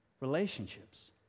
relationships